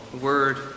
word